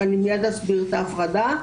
ואני מיד אסביר את ההפרדה,